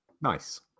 Nice